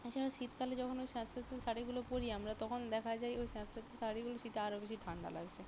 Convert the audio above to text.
এছাড়াও শীতকালে যখন ওই স্যাঁতস্যাঁতে শাড়িগুলো পরি আমরা তখন দেখা যায় ওই স্যাঁতস্যাঁতে শাড়িগুলো শীতে আরও বেশি ঠান্ডা লাগছে